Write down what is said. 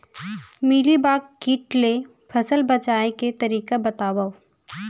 Mealybug किट ले फसल बचाए के तरीका बतावव?